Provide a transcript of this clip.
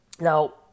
now